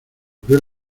abrió